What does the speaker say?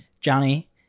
Johnny